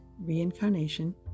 reincarnation